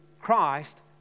Christ